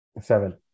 Seven